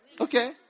okay